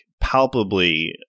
palpably